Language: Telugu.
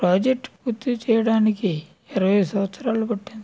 ప్రాజెక్ట్ పూర్తి చేయడానికి ఇరవై సంవత్సరాలు పట్టింది